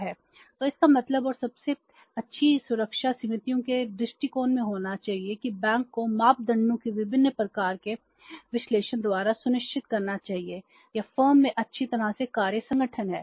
तो इसका मतलब है और सबसे अच्छी सुरक्षा समितियों के दृष्टिकोण में होनी चाहिए कि बैंक को मापदंडों के विभिन्न प्रकार के विश्लेषण द्वारा सुनिश्चित करना चाहिए या फर्म में अच्छी तरह से कार्य संगठन है